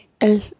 el